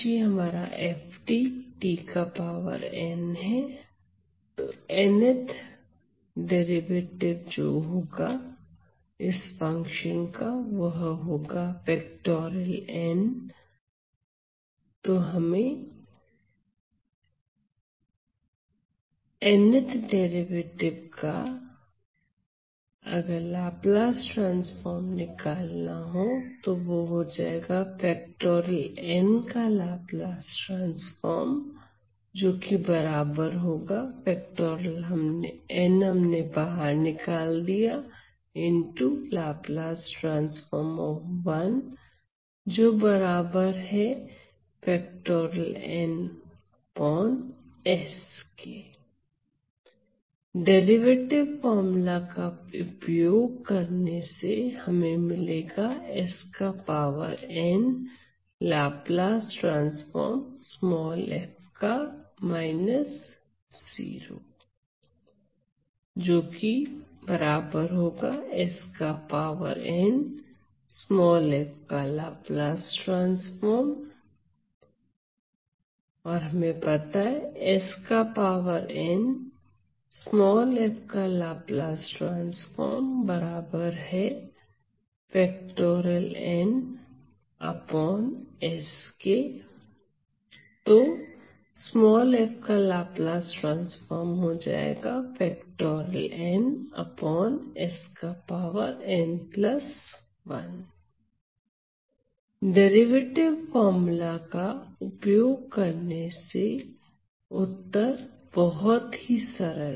हल derivative formula का उपयोग करने से डेरिवेटिव फॉर्मूला का उपयोग करने से उत्तर बहुत ही सरल है